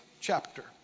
chapter